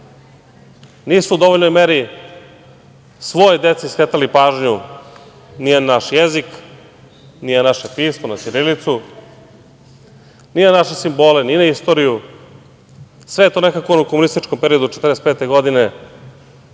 Nisu u dovoljnoj meri svojoj deci skretali pažnju ni na naš jezik, ni na naše pismo, na ćirilicu, ni na naše simbole, ni na istoriju. Sve je to nekako u komunističkom 1945. godine